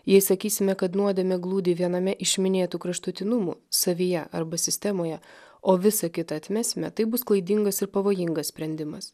jei sakysime kad nuodėmė glūdi viename iš minėtų kraštutinumų savyje arba sistemoje o visa kita atmesime tai bus klaidingas ir pavojingas sprendimas